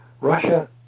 Russia